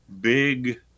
big